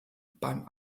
beim